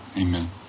amen